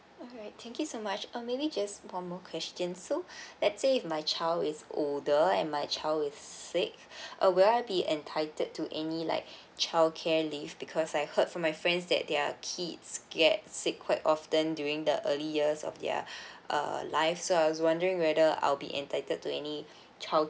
alright thank you so much um maybe just one more questions so let's say if my child is older and my child is sick uh will I be entitled to any like childcare leave because I heard from my friends that their kids get sick quite often during the early years of their uh lives so I was wondering whether I'll be entitled to any child